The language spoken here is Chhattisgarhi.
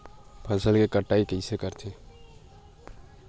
फसल के कटाई कइसे करथे?